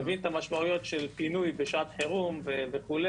מבין את המשמעויות של פינוי בשעת חירום וכו',